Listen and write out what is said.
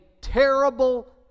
terrible